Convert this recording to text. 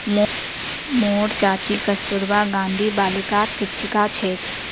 मोर चाची कस्तूरबा गांधी बालिकात शिक्षिका छेक